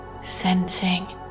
sensing